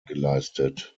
geleistet